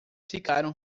ficaram